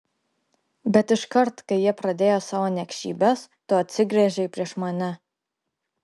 bet iškart kai jie pradėjo savo niekšybes tu atsigręžei prieš mane